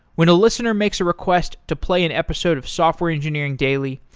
when a listener makes a request to play an episode of software engineering daily,